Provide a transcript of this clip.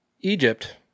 Egypt